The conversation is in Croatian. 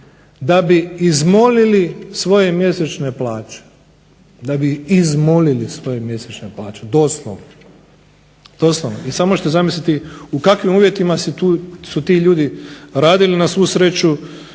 da bi izmolili svoje mjesečne plaće, da bi izmolili svoje mjesečne plaće, doslovno. I samo zamislite u kakvim uvjetima su ti ljudi radili, na svu sreću